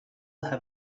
have